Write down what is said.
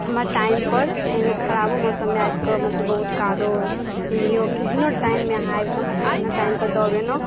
हमर टाइमपर एहन खराबो मौसममे आबि मतलब बहुत कादो अइ कहियो केहनो टाइममे आबिकऽ हमरा टाइमपर खाना दऽ गेनहुँ